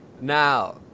Now